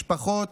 משפחות,